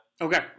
Okay